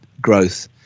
growth